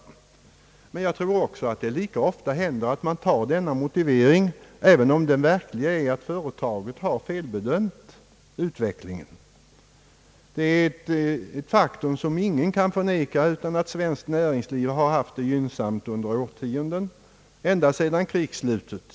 Emellertid tror jag att det händer lika ofta att man tar till denna motivering, även om den verkliga orsaken är att företaget har felbedömt utvecklingen. Ett faktum som ingen kunnat förneka är att svenskt näringsliv har haft det gynnsamt ända sedan krigsslutet.